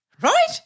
Right